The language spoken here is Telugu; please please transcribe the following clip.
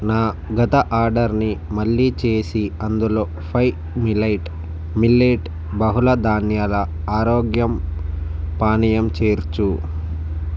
నా గత ఆర్డర్ని మళ్ళీ చేసి అందులో ఫై మిలైట్ మిల్లెట్ బహుళ ధాన్యాల ఆరోగ్యం పానీయం చేర్చు